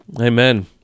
Amen